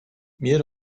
mir